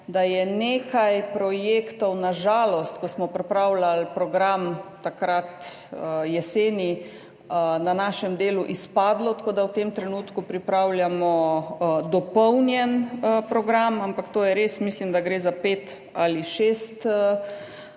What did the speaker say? da je nekaj projektov, na žalost, ko smo pripravljali program takrat jeseni, v našem delu izpadlo, tako da v tem trenutku pripravljamo dopolnjen program, ampak mislim, da gre za pet ali šest projektov.